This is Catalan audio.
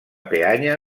peanya